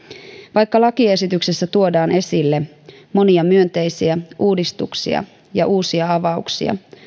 vaikka lakiesityksessä tuodaan esille monia myönteisiä uudistuksia ja uusia avauksia